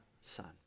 son